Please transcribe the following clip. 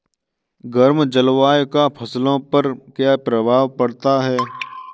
गर्म जलवायु का फसलों पर क्या प्रभाव पड़ता है?